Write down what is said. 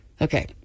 Okay